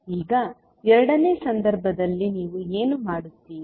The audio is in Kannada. ಈಗ ಎರಡನೇ ಸಂದರ್ಭದಲ್ಲಿ ನೀವು ಏನು ಮಾಡುತ್ತೀರಿ